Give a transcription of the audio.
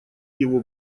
его